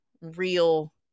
real